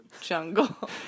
jungle